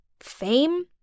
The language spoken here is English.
Fame